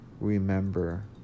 remember